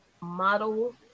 model